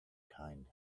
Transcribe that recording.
kind